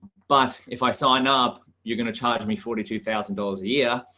but if i sign up, you're going to charge me forty two thousand dollars a year.